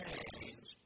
Change